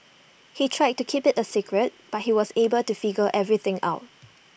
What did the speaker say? they tried to keep IT A secret but he was able to figure everything out